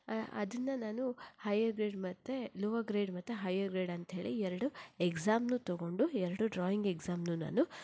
ಅದನ್ನು ನಾನು higher grade ಮತ್ತು ಲೋವರ್ ಗ್ರೇಡ್ ಮತ್ತು ಹೈಯರ್ ಗ್ರೇಡ್ ಗ್ರೇಡ್ ಅಂತ ಹೇಳಿ ಎರಡು ಎಕ್ಸಾಮನ್ನೂ ತಗೊಂಡು ಎರಡು ಡ್ರಾಯಿಂಗ್ ಎಕ್ಸಾಮನ್ನೂ ನಾನು